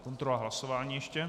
Kontrola hlasování ještě.